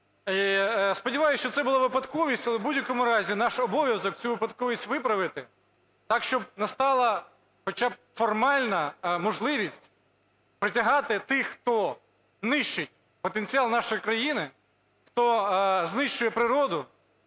сподіваюсь, що це була випадковість. Але в будь-якому разі наш обов'язок цю випадковість виправити так, щоб настала хоча б формальна можливість притягати тих, хто нищить потенціал нашої країни, хто знищує природу,